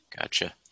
Gotcha